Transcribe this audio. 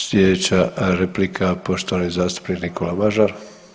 Sljedeća replika poštovani zastupnik Nikola Mažar.